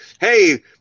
Hey